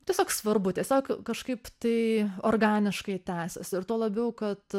tiesiog svarbu tiesiog kažkaip tai organiškai tęsės ir tuo labiau kad